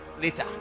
later